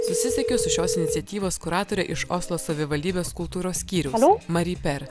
susisiekiau su šios iniciatyvos kuratore iš oslo savivaldybės kultūros skyriaus mari per